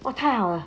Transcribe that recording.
!wah! 太好了